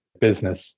business